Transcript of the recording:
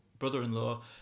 brother-in-law